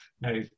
Now